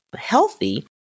healthy